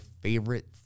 favorite